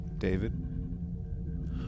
David